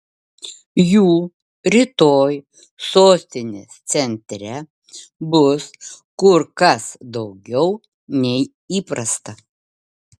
jų rytoj sostinės centre bus kur kas daugiau nei įprasta